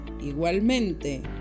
igualmente